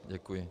Děkuji.